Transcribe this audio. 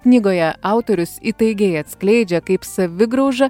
knygoje autorius įtaigiai atskleidžia kaip savigrauža